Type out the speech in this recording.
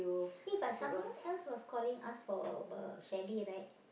eh but someone else was calling us for about chalet right